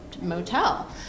motel